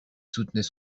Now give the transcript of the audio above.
soutenait